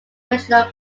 original